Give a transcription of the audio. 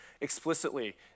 explicitly